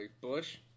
Bush